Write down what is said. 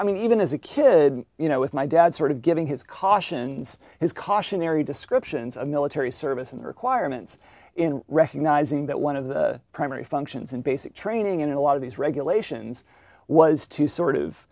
i mean even as a kid you know with my dad sort of giving his caution his cautionary descriptions of military service and requirements in recognizing that one of the primary functions and basic training in a lot of these regulations was to sort of